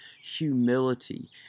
humility